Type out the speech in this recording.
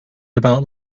about